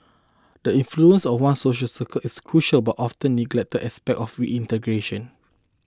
the influence of one's social circles is a crucial but oft neglected aspect of reintegration